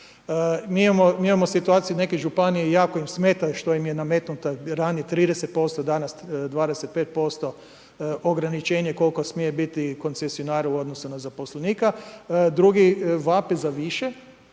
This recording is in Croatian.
Mi imamo situaciju neke županije jako im smeta što im je nametnuto …/Govornik se ne razumije./… 30% danas 25% ograničenje koliko smije biti koncesionaru u odnosu na zaposlenika. Drugi vapi za više,